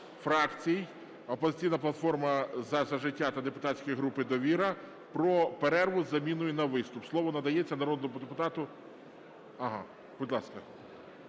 фракцій – "Опозиційної платформи - За життя" та депутатської групи "Довіра" - про перерву з заміною на виступ. Слово надається народному депутату… Будь ласка.